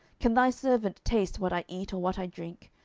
can thy servant taste what i eat or what i drink?